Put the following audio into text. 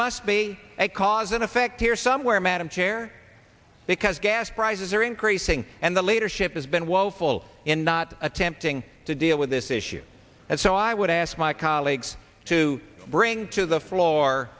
must be a cause and effect here somewhere madam chair because gas prices are increasing and the leadership has been woeful in not attempting to deal with this issue and so i would ask my colleagues to bring to the floor